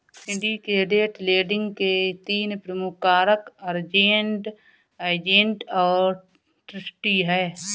syndicated lending के तीन प्रमुख कारक अरेंज्ड, एजेंट और ट्रस्टी हैं